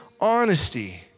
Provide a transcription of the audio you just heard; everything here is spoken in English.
honesty